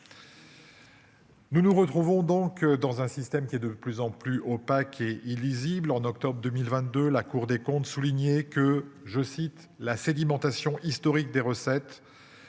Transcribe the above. Nous nous retrouvons donc dans un système qui est de plus en plus opaques et illisible en octobre 2022, la Cour des comptes, souligné que je cite la sédimentation historique des recettes.